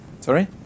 Sorry